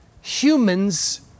humans